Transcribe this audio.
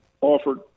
offered